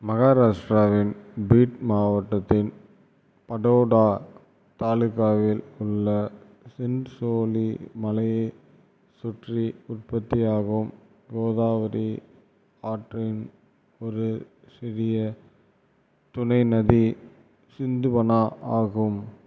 மகாராஷ்டிராவின் பீட் மாவட்டத்தின் படோடா தாலுகாவில் உள்ள சின்சோலி மலையைச் சுற்றி உற்பத்தியாகும் கோதாவரி ஆற்றின் ஒரு சிறிய துணை நதி சிந்துபனா ஆகும்